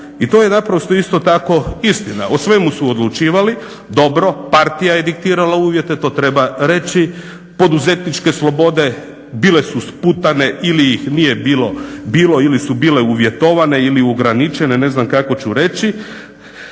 I to je naprosto isto tako istina. O svemu su odlučivali, dobro partija je diktirala uvjete to treba reći, poduzetničke slobode bile su sputane ili ih nije bilo ili su bile uvjetovane ili ograničene, ne znam kako ću reći,